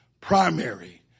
primary